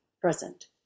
present